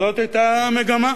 זאת היתה המגמה.